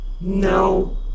no